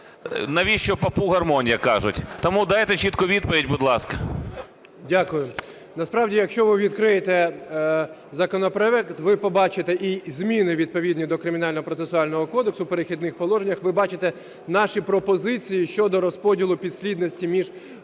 навіщо попу гармонь, як кажуть. Тому дайте чітку відповідь, будь ласка. 11:34:23 ГЕТМАНЦЕВ Д.О. Дякую. Насправді, якщо ви відкриєте законопроект, ви побачите і зміни відповідні до Кримінального процесуального кодексу, у "Перехідних положеннях" ви бачите, наші пропозиції щодо розподілу підслідності між